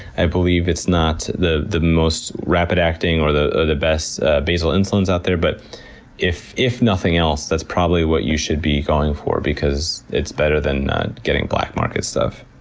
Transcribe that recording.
i believe it's not the the most rapid-acting, or the the best basal insulins out there, but if if nothing else that's probably what you should be going for because it's better than getting black market stuff.